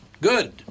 Good